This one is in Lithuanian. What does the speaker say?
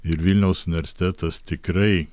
ir vilniaus universitetas tikrai